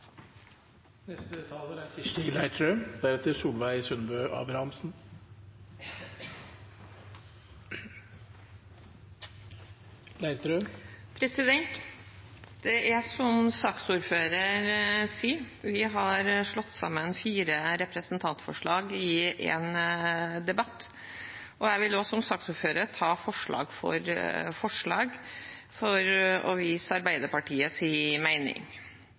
Som saksordføreren sier, har vi slått sammen fire representantforslag i en debatt. Jeg vil, som saksordføreren, ta forslag for forslag for å vise